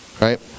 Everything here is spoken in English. Right